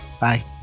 Bye